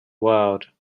world